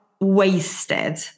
wasted